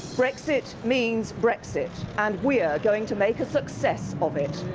brexit means brexit, and we're going to make a success of it.